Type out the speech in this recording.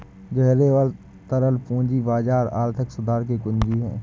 गहरे और तरल पूंजी बाजार आर्थिक सुधार की कुंजी हैं,